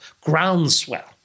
groundswell